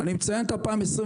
אני מציין את 2022